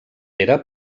era